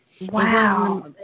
Wow